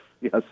yes